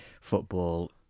football